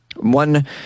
One